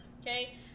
okay